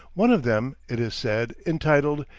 one of them, it is said, entitled,